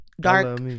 Dark